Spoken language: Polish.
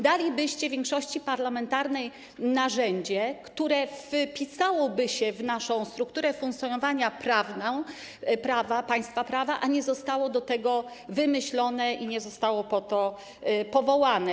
Dalibyście większości parlamentarnej narzędzie, które wpisałoby się w naszą strukturę funkcjonowania państwa prawa, a nie zostało do tego wymyślone i nie zostało po to powołane.